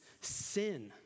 sin